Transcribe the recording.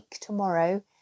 tomorrow